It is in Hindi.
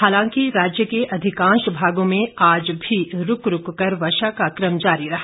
हालांकि राज्य के अधिकांश भागों में आज भी रूक रूक कर वर्षा का कम जारी रहा